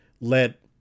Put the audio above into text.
let